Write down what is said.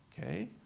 Okay